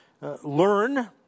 learn